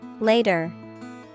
Later